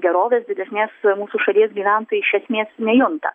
gerovės didesnės mūsų šalies gyventojai iš esmės nejunta